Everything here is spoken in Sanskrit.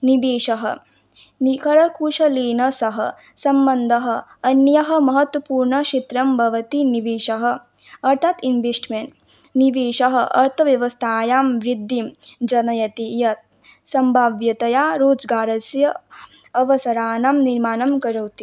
निवेशः निकरकुशलेन सह सम्बन्धः अन्यः महत्वपूर्णक्षेत्रं भवति निवेशः अर्थात् इन्वेस्ट्मेण्ट् निवेशः अर्थव्यवस्थायां वृद्धिं जनयति यत् सम्भाव्यतया रोजगारस्य अवसराणां निर्माणं करोति